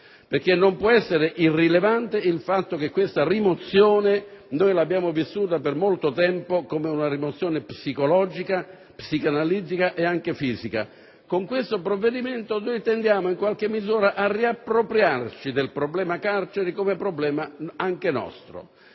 perché non può essere irrilevante il fatto che questa rimozione l'abbiamo vissuta per molto tempo come psicologica, psicoanalitica e anche fisica. Con questo provvedimento tendiamo a riappropriarsi del problema carcere come problema anche nostro.